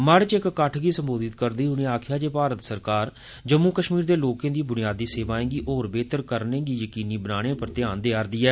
मढ़ इच इक किटठ गी सम्बोधित करदे होई उनें आक्खेया जे भारत सरकार जम्मू कश्मीर दे लोकें दी बुनियादी सेवाएं गी होर बेहतर करने गी यकीनी बनाने पर खास ध्यान देआ रदी ऐ